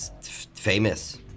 famous